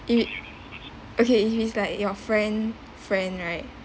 if he okay if he's like your friend's friend right